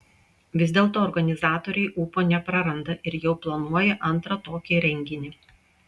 vis dėlto organizatoriai ūpo nepraranda ir jau planuoja antrą tokį renginį